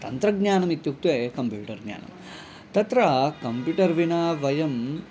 तन्त्रज्ञानम् इत्युक्ते कम्प्यूटर् ज्ञानं तत्र कम्प्यूटर् विना वयम्